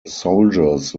soldiers